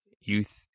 youth